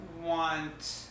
want